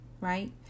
right